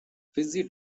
fizzy